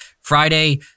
Friday